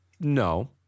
No